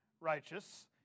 righteous